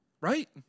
Right